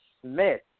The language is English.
Smith